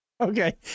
Okay